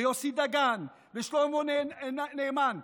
יוסי דגן ושלמה נאמן.